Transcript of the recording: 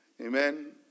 Amen